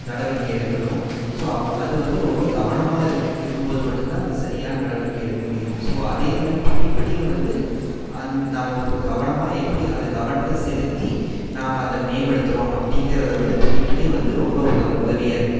நடவடிக்கை எடுக்கணும் ஸோ அது வந்து ரொம்ப கவனமாக இருக் இருக்கும் போது மட்டும் தான் அந்த சரியான நடவடிக்கை எடுக்க முடியும் ஸோ அதே மாதிரி படிப்புலேயும் வந்து அந் நம்ம ஒரு கவனமாக எப்படி அது கவனத்தை செலுத்தி நாம் அதை மேம்படுத்துகிறோம் அப்படிங்கிறதை வந்து படிப்பிலேயும் வந்து ரொம்ப உத உதவியாக இருக்குது